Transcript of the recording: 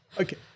Okay